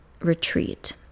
retreat